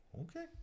Okay